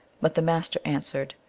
but the master answered,